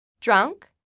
Drunk